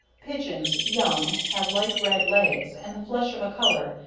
pigeons, young, have light red legs, and the flesh of a colour,